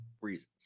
reasons